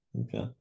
okay